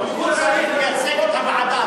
הוא צריך לייצג את הוועדה,